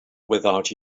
without